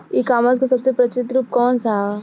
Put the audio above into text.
E commerce क सबसे प्रचलित रूप कवन सा ह?